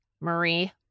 Marie